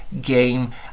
game